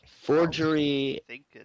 Forgery